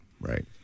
right